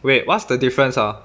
wait what's the difference ah